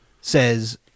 says